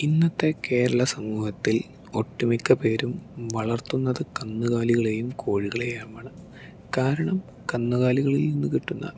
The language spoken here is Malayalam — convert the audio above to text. ഇന്നത്തെ കേരളസമൂഹത്തിൽ ഒട്ടുമിക്കപേരും വളർത്തുന്നത് കന്നുകാലികളെയും കോഴികളെയുമാണ് കാരണം കന്നുകാലികളിൽ നിന്ന് കിട്ടുന്ന